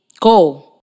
Go